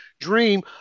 dream